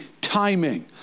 timing